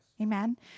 amen